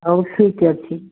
ହଉ ଠିକ୍ ଅଛି